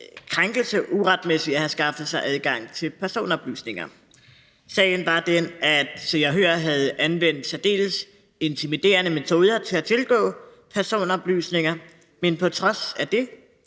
krænkelse ved uretmæssigt at have skaffet sig adgang til personoplysninger. Sagen var den, at Se og Hør havde anvendt særdeles intimiderende metoder til at tilgå personoplysninger, men på trods af det